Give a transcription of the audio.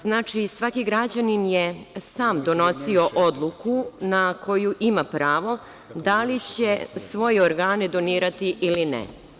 Znači, svaki građanin je sam donosio odluku na koju ima pravo da li će svoje organe donirati ili ne.